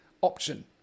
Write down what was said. option